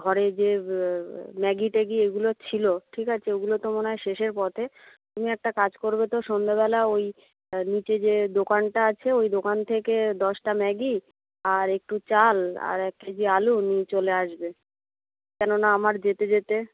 ঘরে যে ম্যাগি ট্যাগি এগুলো ছিল ঠিক আছে ওগুলো তো মনে হয় শেষের পথে তুমি একটা কাজ করবে তো সন্ধ্যাবেলা ওই নিচে যে দোকানটা আছে ওই দোকান থেকে দশটা ম্যাগি আর একটু চাল আর এক কেজি আলু নিয়ে চলে আসবে কেন না আমার যেতে যেতে